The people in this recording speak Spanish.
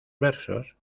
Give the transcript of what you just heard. versos